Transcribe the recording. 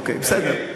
אוקיי, בסדר.